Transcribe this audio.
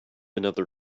another